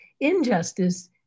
Injustice